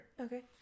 Okay